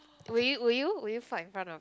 would you would you would you fart in front of